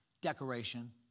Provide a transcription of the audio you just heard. decoration